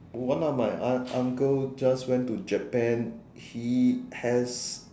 one of my un~ uncle just went to Japan he has